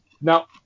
Now